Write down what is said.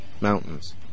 mountains